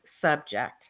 subject